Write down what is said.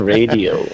Radio